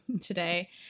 today